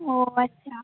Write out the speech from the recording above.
ও আচ্ছা